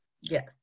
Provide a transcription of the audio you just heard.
Yes